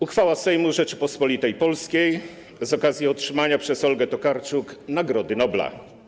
Uchwała Sejmu Rzeczypospolitej Polskiej z okazji otrzymania przez Olgę Tokarczuk Nagrody Nobla.